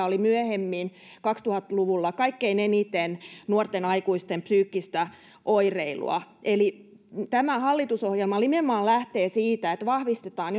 oli myöhemmin kaksituhatta luvulla kaikkein eniten nuorten aikuisten psyykkistä oireilua tämä hallitusohjelma lähtee nimenomaan siitä että vahvistetaan